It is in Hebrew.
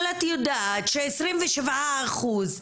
אבל את יודעת שעשרים ושבעה אחוז,